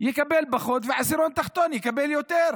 יקבל פחות והעשירון התחתון יקבל יותר.